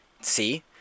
See